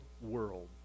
world